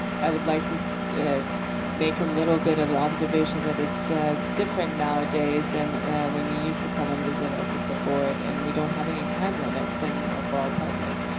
i would like to make a little bit of an observation that it's ah different nowadays and when you used to come and visit us at the board. and we don't have any time limits anymore for our public.